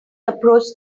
approach